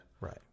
Right